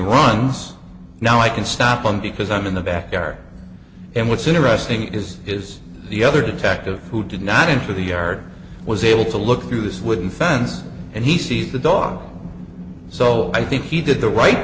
runs now i can stop on because i'm in the backyard and what's interesting is is the other detective who did not into the yard was able to look through this wooden fence and he sees the dog so i think he did the right